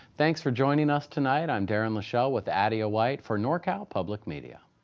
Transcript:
thanks for joining us tonight. i'm darren lashelle with adia white for nor cal public media.